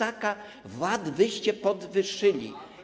VAT wyście podwyższyli.